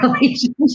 relationship